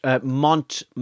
Mont